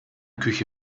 küche